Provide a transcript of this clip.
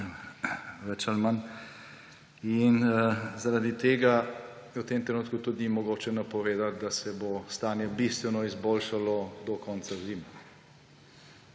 več ali manj, zaradi tega v tem trenutku tudi ni mogoče napovedati, da se bo stanje bistveno izboljšalo do konca zime.